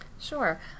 Sure